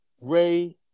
Ray